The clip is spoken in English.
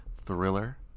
thriller